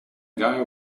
guy